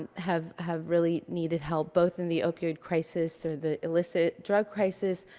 and have have really needed help, both in the opioid crisis or the illicit drug crisis,